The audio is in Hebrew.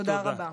תודה רבה.